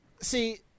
See